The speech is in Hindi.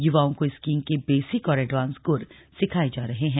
युवाओं को स्कीइंग के बेसिक और एडवांस गुर सिखाए जा रहे हैं